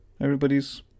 Everybody's